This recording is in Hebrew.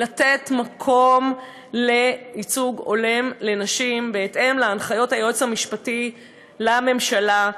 לתת מקום לייצוג הולם לנשים בהתאם להנחיות היועץ המשפטי לממשלה,